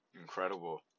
incredible